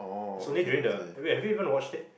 it's only during the wait have you even watched this